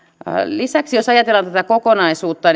lisäksi jos ajatellaan tätä kokonaisuutta